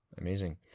amazing